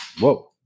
whoa